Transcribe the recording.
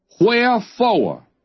Wherefore